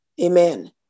Amen